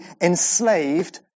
enslaved